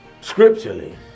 scripturally